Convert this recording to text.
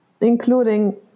including